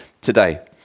today